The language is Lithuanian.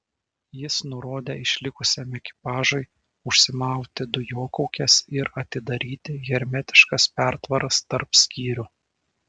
jis nurodė išlikusiam ekipažui užsimauti dujokaukes ir atidaryti hermetiškas pertvaras tarp skyrių